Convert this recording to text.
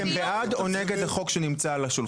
אתם בעד או נגד החוק שנמצא על השולחן?